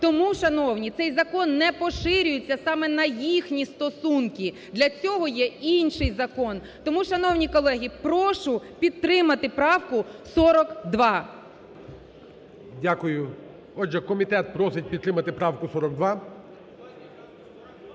Тому, шановні, цей закон не поширюється саме на їхні стосунки, для цього є інший закон. Тому, шановні колеги, прошу підтримати правку 42. ГОЛОВУЮЧИЙ. Дякую. Отже, комітет просить підтримати правку 42.